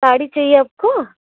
साड़ी चाहिए आपको